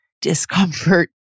discomfort